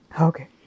Okay